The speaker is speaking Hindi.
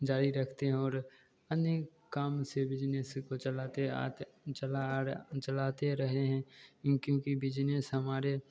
जारी रखते हैं और अन्य काम से बिजनेस को चलाते चला आ चलाते रहे हैं इन क्योंकि बिजनेस हमारे